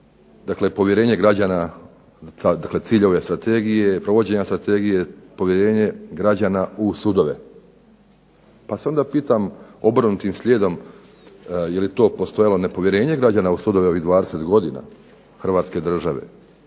dakle povjerenje građana, dakle cilj ove strategije je, provođenja strategije je povjerenje građana u sudove. Pa se onda pitam obrnutim slijedom je li to postojalo nepovjerenje građana u sudove ovih 20 godina Hrvatske države?